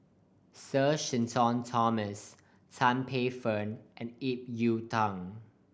Sir Shenton Thomas Tan Paey Fern and Ip Yiu Tung